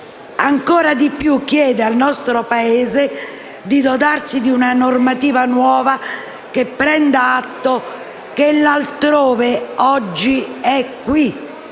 Ancora di più chiede al nostro Paese di dotarsi di una normativa nuova che prenda atto che l'altrove oggi è qui.